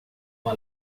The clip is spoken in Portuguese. uma